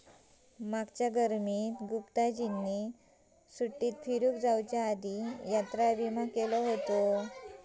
मागच्या गर्मीत गुप्ताजींनी सुट्टीत फिरूक जाउच्या आधी यात्रा विमा केलो हुतो